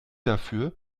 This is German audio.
dafür